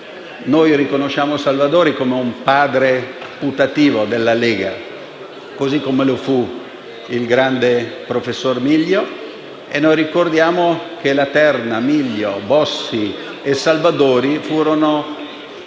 Noi riconosciamo Salvadori come un padre putativo della Lega, così come lo fu il grande professor Miglio, e ricordiamo che la terna Miglio-Bossi-Salvadori